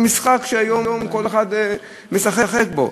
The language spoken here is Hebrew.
ממשחק שכל אחד משחק בו.